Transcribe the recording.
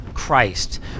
Christ